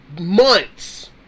months